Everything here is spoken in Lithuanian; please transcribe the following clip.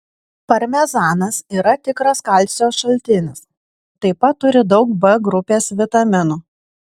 parmezanas yra tikras kalcio šaltinis taip pat turi daug b grupės vitaminų